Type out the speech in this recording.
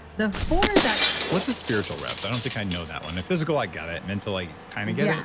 the four that what's a spiritual rest? i don't think i know that one. the physical, i get it. mental, i kind of get it,